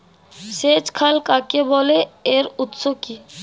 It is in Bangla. সেচ খাল কাকে বলে এর উৎস কি?